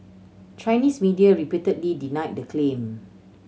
Chinese media repeatedly denied the claim